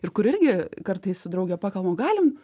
ir kur irgi kartais su drauge pakalbam galim